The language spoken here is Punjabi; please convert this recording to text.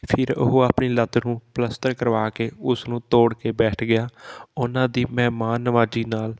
ਫਿਰ ਉਹ ਆਪਣੀ ਲੱਤ ਨੂੰ ਪਲਸਤਰ ਕਰਵਾ ਕੇ ਉਸ ਨੂੰ ਤੋੜ ਕੇ ਬੈਠ ਗਿਆ ਉਹਨਾਂ ਦੀ ਮਹਿਮਾਨ ਨਿਵਾਜੀ ਨਾਲ